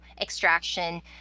extraction